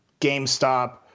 GameStop